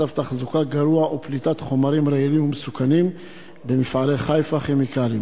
מצב תחזוקה גרוע ופליטת חומרים רעילים ומסוכנים במפעלי "חיפה כימיקלים".